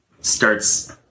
starts